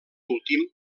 últim